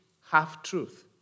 half-truth